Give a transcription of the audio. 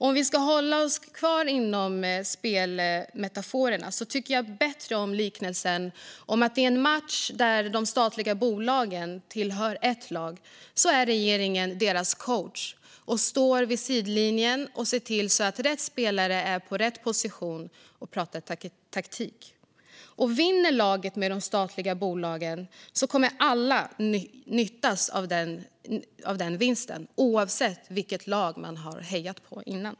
Om vi ska hålla oss till spelmetaforer tycker jag bättre om liknelsen att i en match där de statliga bolagen tillhör ett lag är regeringen deras coach, som står vid sidlinjen, ser till att rätt spelare är på rätt position och pratar taktik. Vinner laget med de statliga bolagen kommer alla att gynnas av den vinsten, oavsett vilket lag man har hejat på.